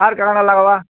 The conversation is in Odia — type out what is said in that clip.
ଆର୍ କା'ଣା କା'ଣା ଲାଗ୍ବା